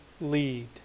lead